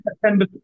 September